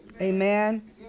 Amen